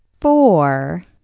four